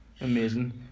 Amazing